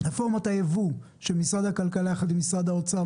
רפורמת היבוא של משרד הכלכלה יחד עם משרד האוצר,